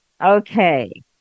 Okay